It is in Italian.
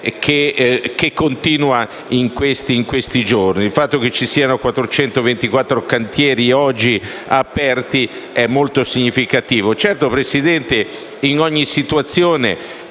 continua in questi giorni. Il fatto che ci siano 424 cantieri oggi aperti è molto significativo.